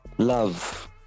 Love